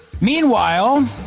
Meanwhile